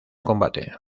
combate